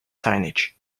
signage